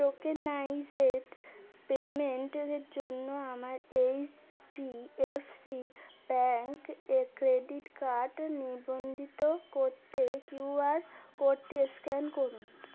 tokenised পেমেন্টের জন্য আমার এইচডিএফসি ব্যাঙ্ক ক্রেডিট কার্ড নিবন্ধিত করতে কিউআর কোডটি স্ক্যান করুন